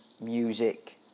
music